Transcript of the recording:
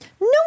No